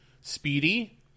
Speedy